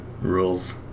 rules